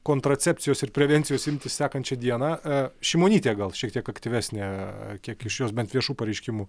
kontracepcijos ir prevencijos imtis sekančią dieną e šimonytė gal šiek tiek aktyvesnė kiek iš jos bent viešų pareiškimų